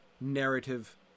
narrative